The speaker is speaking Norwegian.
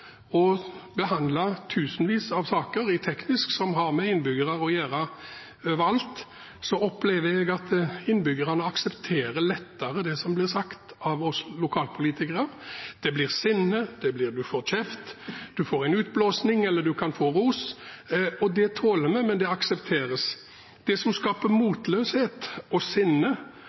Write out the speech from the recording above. og behandlet tusenvis av saker i hovedutvalget for tekniske saker, som har med innbyggere å gjøre overalt, opplever jeg at innbyggerne lettere aksepterer det som blir sagt av oss lokalpolitikere. Det blir sinne, man får kjeft, det kommer en utblåsning, eller man kan få ros. Det tåler vi, og det aksepteres. Det som skaper motløshet, sinne og